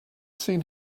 seen